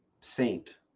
saint